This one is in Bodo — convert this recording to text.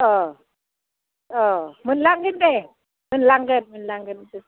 अह औ मोनलांगोन दे मोनलांगोन मोनलांगोन